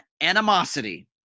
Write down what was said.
animosity